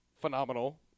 phenomenal